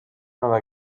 nova